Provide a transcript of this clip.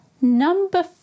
Number